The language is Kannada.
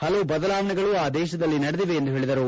ಪಲವು ಬದಲಾವಣೆಗಳು ಆ ದೇತದಲ್ಲಿ ನಡೆದಿವೆ ಎಂದು ಹೇಳಿದರು